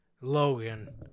Logan